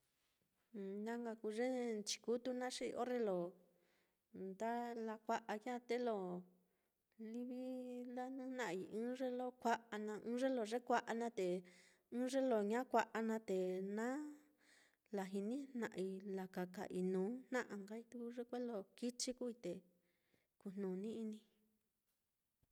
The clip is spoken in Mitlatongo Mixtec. Na nka kuu ye nchikutu naá xi orre lo nda lakua'ai ya á, te lo livi lajnɨjna'ai i'i ɨ́ɨ́n ye lo kua'a naá, ɨ́ɨ́n ye lo yé kua'a naá te, ɨ́ɨ́n ye lo ña kua'a naá te naá lajinijna'ai lakaka inuu jna'a nkai tuku ye kuelo kichi kuui te kujnuni-inii.